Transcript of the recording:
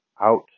out